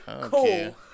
Cool